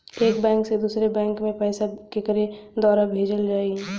एक बैंक से दूसरे बैंक मे पैसा केकरे द्वारा भेजल जाई?